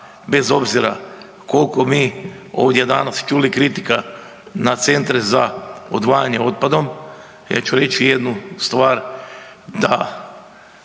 bez obzira koliko mi ovdje danas čuli kritika na centre za odvajanje otpadom, ja ću reći jednu stvar da